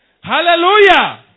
Hallelujah